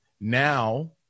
Now